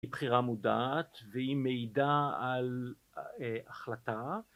היא בחירה מודעת, והיא מעידה על החלטה